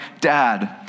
dad